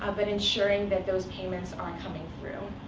ah but ensuring that those payments are coming through.